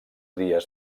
dies